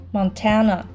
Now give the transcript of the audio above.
Montana